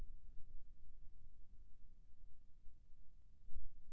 मोला कइसे पता चलही कि मैं ह लोन ले सकथों?